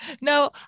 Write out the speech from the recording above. no